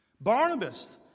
Barnabas